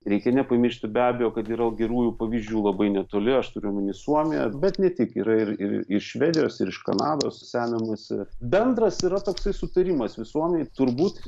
reikia nepamiršti be abejo kad yra gerųjų pavyzdžių labai netoli aš turiu omeny suomija bet ne tik yra ir iš švedijos ir iš kanados semiamasi bendras yra toksai sutarimas visuomenėj turbūt